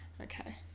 Okay